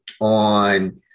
on